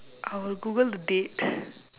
I will google the date